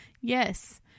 Yes